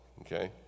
okay